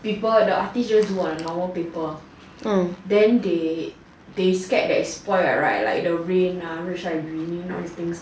people the artist just do on the normal paper then they they scared that it will spoil right then the rain ah 日晒雨淋 all these things